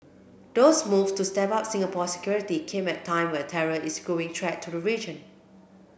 those moves to step up Singapore's security came at a time when terror is a growing threat to the region